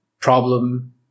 problem